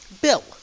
Bill